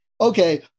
Okay